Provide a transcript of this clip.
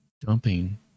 dumping